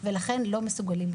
איך אנחנו מרגישים?